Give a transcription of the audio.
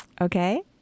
Okay